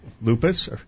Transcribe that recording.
lupus